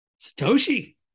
satoshi